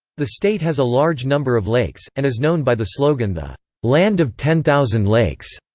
the state has a large number of lakes, and is known by the slogan the land of ten thousand lakes.